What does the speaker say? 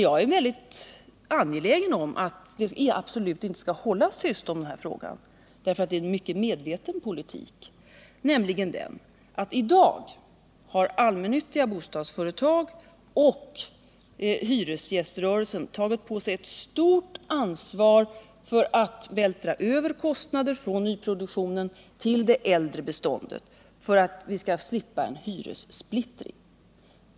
Jag är väldigt angelägen om att det absolut inte skall hållas tyst om den här frågan för det är en mycket medveten politik, nämligen den att i dag har allmännyttiga bostadsföretag och hyresgäströrelsen tagit på sig ett stort ansvar för att vältra över kostnader från nyproduktionen till det äldre beståndet för att vi skall slippa en hyressplittring.